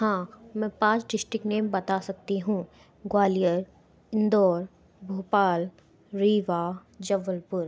हाँ मैं पाँच डिस्टिक्ट नेम बता सकती हूँ ग्वालियर इंदौर भोपाल रीवा जबलपुर